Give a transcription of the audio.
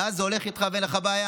ואז זה הולך איתך ואין לך בעיה.